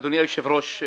אדוני היושב-ראש,